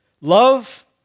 Love